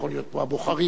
הבוחרים יקבעו.